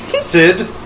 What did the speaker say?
Sid